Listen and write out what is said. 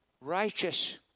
Righteous